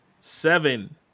Seven